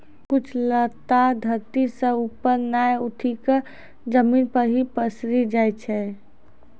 कुछ लता धरती सं ऊपर नाय उठी क जमीन पर हीं पसरी जाय छै